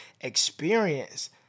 experience